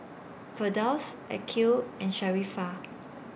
Firdaus Aqil and Sharifah